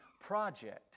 project